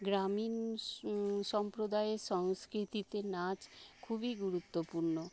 গ্রামীণ স সম্প্রদায়ের সংস্কৃতিতে নাচ খুবই গুরুত্বপূর্ণ